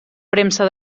premsa